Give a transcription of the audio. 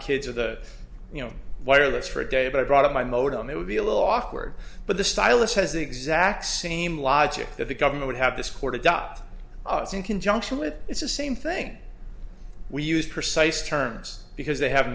kids of the you know wireless for a day but i brought up my modem it would be a little awkward but the stylus has exact same logic that the government would have this court adopt it's in conjunction with it's the same thing we use precise terms because they have